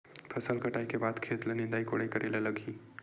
फसल कटाई के बाद खेत ल निंदाई कोडाई करेला लगही?